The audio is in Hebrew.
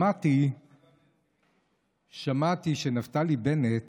שמעתי שנפתלי בנט